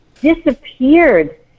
disappeared